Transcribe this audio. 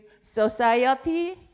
society